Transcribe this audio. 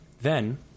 Then